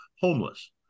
homeless